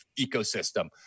ecosystem